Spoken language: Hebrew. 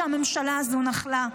שהממשלה הזו נחלה: